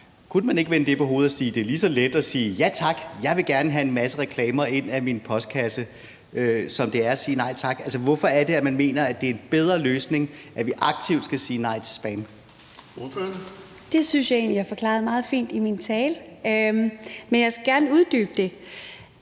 kunne man så ikke vende det på hovedet og sige, at det er lige så let at sige: »Ja tak, jeg vil gerne have en masse reklamer i min postkasse«, som det er at sige nej tak? Hvorfor er det, man mener, det er en bedre løsning, at vi aktivt skal sige nej til spam? Kl. 20:10 Den fg. formand (Erling Bonnesen): Ordføreren.